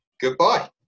goodbye